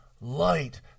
light